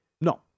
No